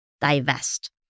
divest